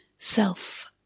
Self